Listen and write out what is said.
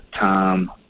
time